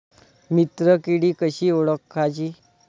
मित्र किडी कशी ओळखाची?